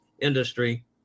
industry